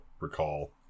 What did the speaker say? recall